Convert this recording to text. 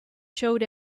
showed